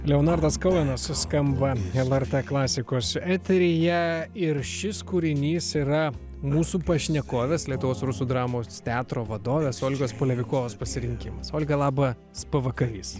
leonardas koenas suskamba lrt klasikos eteryje ir šis kūrinys yra mūsų pašnekovės lietuvos rusų dramos teatro vadovės olgos polevikovos pasirinkimas olga labas pavakarys